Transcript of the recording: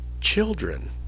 children